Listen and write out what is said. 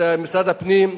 את משרד הפנים,